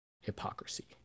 Hypocrisy